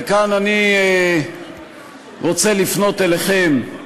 וכאן אני רוצה לפנות אליכם,